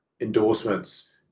endorsements